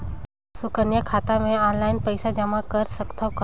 सुकन्या खाता मे ऑनलाइन पईसा जमा कर सकथव का?